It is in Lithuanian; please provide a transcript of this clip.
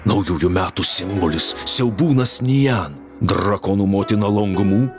naujųjų metų simbolis siaubūnas nijan drakonų motina longumu